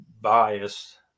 biased